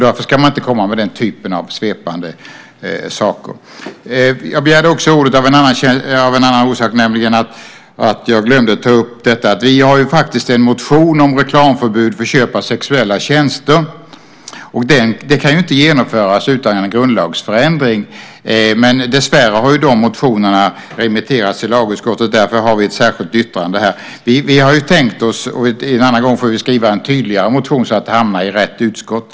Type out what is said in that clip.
Då ska man inte komma med den typen av svepande saker. Jag begärde ordet av en annan orsak också, nämligen att jag glömde att ta upp att vi har en motion om reklamförbud för köp av sexuella tjänster. Det kan inte genomföras utan en grundlagsförändring. Men dessvärre har de motionerna remitterats till lagutskottet, och därför har vi ett särskilt yttrande här. En annan gång får vi skriva en tydligare motion så att den hamnar i rätt utskott.